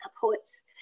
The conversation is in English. poets